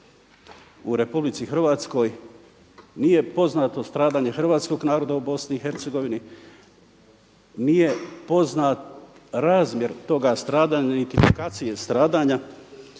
u Republici Hrvatskoj, nije poznato stradanje hrvatskog naroda u Bosni i Hercegovini, nije poznat razmjer toga stradanja niti … stradanja